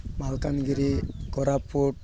Malkangiri Koraput